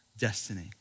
destiny